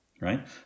right